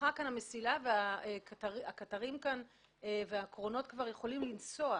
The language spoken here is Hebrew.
הונחה כאן המסילה והקטרים והקרונות כבר יכולים לנסוע.